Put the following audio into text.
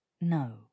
no